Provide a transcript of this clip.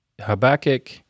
Habakkuk